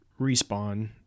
Respawn